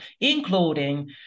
including